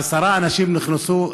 עשרה אנשים נכנסו,